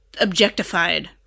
objectified